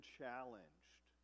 challenged